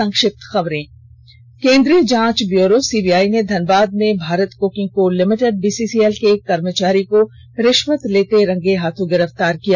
संक्षिप्त खबरें केन्द्रीय जांच ब्यूरो सीबीआई ने धनबाद में Bharat coking coal limited BCCL के एक कर्मचारी को रिश्वत लेते हुए आज रंगे हाथ गिरफ्तार कर लिया